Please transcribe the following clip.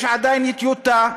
יש עדיין טיוטה,